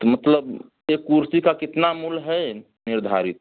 तो मतलब एक कुर्सी का कितना मूल है निर्धारित